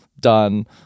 done